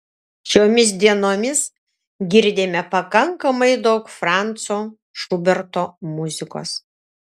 šiomis dienomis girdime pakankamai daug franco šuberto muzikos